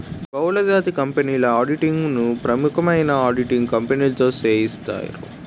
బహుళజాతి కంపెనీల ఆడిటింగ్ ను ప్రముఖమైన ఆడిటింగ్ కంపెనీతో సేయిత్తారు